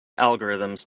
algorithms